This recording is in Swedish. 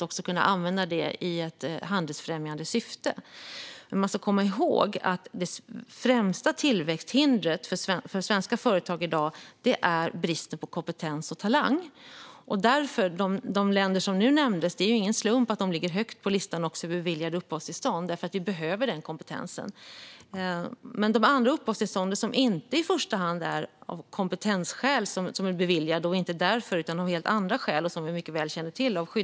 De kan användas i ett handelsfrämjande syfte. Man ska komma ihåg att det främsta tillväxthindret för svenska företag i dag är bristen på kompetens och talang. Det är därför ingen slump att de länder som nämndes ligger högt på listan över beviljade uppehållstillstånd. Vi behöver nämligen den kompetensen. Men sedan finns det andra uppehållstillstånd som inte i första hand har beviljats av kompetensskäl utan av helt andra skäl, nämligen skyddsskäl, som vi mycket väl känner till.